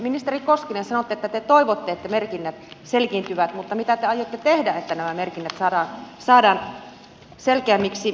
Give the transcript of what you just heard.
ministeri koskinen sanoitte että te toivotte että merkinnät selkiintyvät mutta mitä te aiotte tehdä että nämä merkinnät saadaan selkeämmiksi